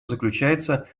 заключается